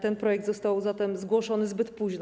Ten projekt został zatem zgłoszony zbyt późno.